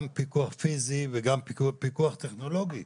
גם פיקוח פיזי וגם פיקוח טכנולוגי.